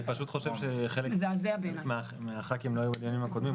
אני חושב שחלק מחברי הכנסת לא היו בדיונים הקודמים.